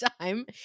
time